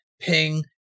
ping